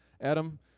Adam